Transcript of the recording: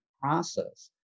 process